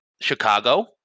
Chicago